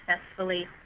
successfully